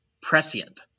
prescient